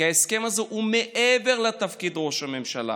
כי ההסכם הזה הוא מעבר לתפקיד ראש הממשלה,